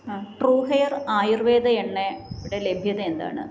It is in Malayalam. ആ ട്രൂ ഹെയർ ആയുർവേദ എണ്ണയുടെ ലഭ്യത എന്താണ്